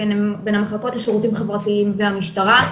בין המחלקות לשירותים חברתיים והמשטרה,